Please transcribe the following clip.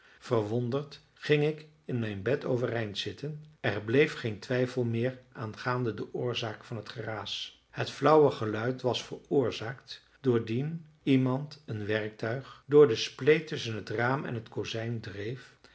verwonderd ging ik in mijn bed overeind zitten er bleef geen twijfel meer aangaande de oorzaak van t geraas het flauwe geluid was veroorzaakt doordien iemand een werktuig door de spleet tusschen het raam en het kozijn dreef